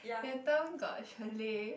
later got chalet